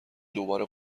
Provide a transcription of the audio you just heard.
دوباره